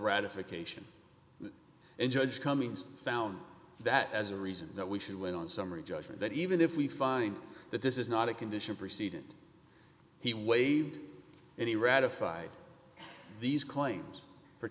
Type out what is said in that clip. ratification and judge cummings found that as a reason that we should win on summary judgment that even if we find that this is not a condition preceding he waived any ratified these claims for